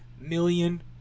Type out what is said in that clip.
million